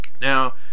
Now